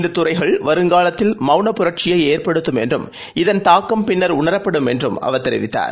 இந்த துறைகள் வருங்காலத்தில் மவுன புரட்சியை ஏற்படுத்தும் என்றும் இதன் தாக்கம் பின்னர் உணரப்படும் என்றும் அவர் தெரிவித்தார்